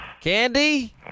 Candy